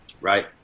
right